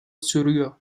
sürüyor